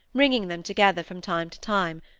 wringing them together from time to time,